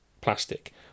plastic